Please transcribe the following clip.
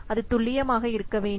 அது துல்லியமாக இருக்க வேண்டும்